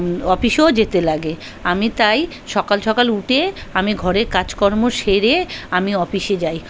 অফিসেও যেতে লাগে আমি তাই সকাল সকাল উঠে আমি ঘরের কাজকর্ম সেরে আমি অফিসে যাই